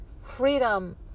freedom